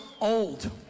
old